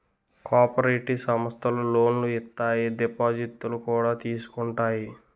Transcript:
cooperative సమస్థలు లోనులు ఇత్తాయి దిపాజిత్తులు కూడా తీసుకుంటాయి